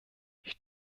ich